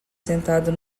sentado